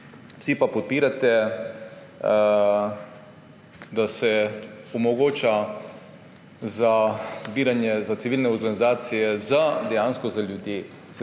Vsi pa podpirate, da se omogoča zbiranje za civilne organizacije, dejansko za ljudi.